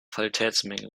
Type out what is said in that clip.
qualitätsmängel